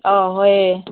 ꯑꯧ ꯍꯣꯏꯑꯦ